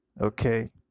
Okay